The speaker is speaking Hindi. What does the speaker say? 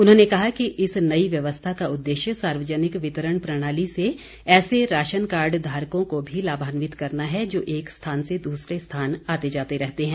उन्होंने कहा कि इस नई व्यवस्था का उद्देश्य सार्वजनिक वितरण प्रणाली से ऐसे राशन कार्ड धारकों को भी लाभान्वित करना है जो एक स्थान से दूसरे स्थान आते जाते रहते हैं